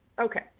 Okay